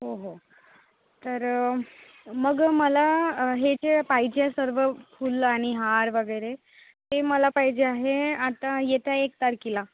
हो हो तर मग मला हे जे पाहिजे सर्व फुलं आणि हार वगैरे ते मला पाहिजे आहे आत्ता येत्या एक तारखेला